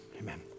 Amen